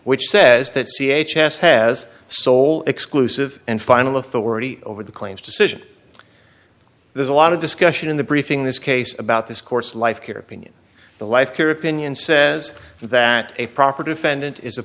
which says that c h s has sole exclusive and final authority over the claims decision there's a lot of discussion in the briefing this case about this course life care opinion the life care opinion says that a proper defendant is a